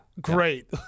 Great